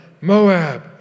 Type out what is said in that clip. Moab